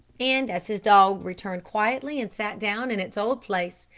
and as his dog returned quietly and sat down in its old place,